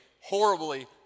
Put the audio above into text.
horribly